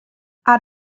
add